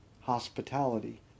hospitality